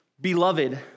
Beloved